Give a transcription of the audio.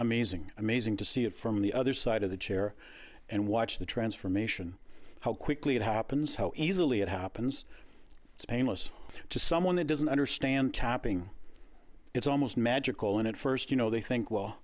amazing amazing to see it from the other side of the chair and watch the transformation how quickly it happens how easily it happens it's painless to someone that doesn't understand tapping it's almost magical and at first you know they think well